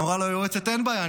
אמרה לו היועצת: אין בעיה,